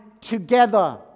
together